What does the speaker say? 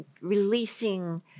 releasing